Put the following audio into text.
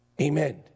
Amen